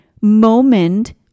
moment